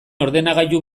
ordenagailu